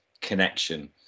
connection